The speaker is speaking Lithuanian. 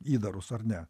įdarus ar ne